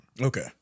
okay